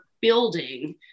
building